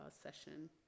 session